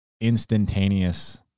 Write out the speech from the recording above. instantaneous